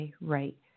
right